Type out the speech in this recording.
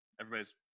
everybody's